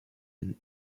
and